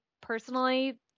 personally